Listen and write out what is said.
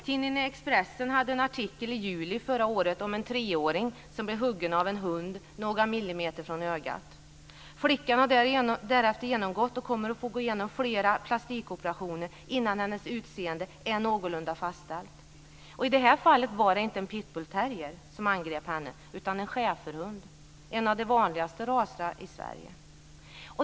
Tidningen Expressen hade en artikel i juli förra året om en treåring som blev huggen av en hund några millimeter från ögat. Flickan har därefter genomgått och kommer att få gå igenom flera plastikoperationer innan hennes utseende är någorlunda återställt. I det här fallet var det inte en pitbullterrier som angrep henne utan en schäferhund - en av de vanligare raserna i Sverige.